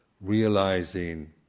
realizing